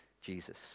Jesus